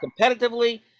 competitively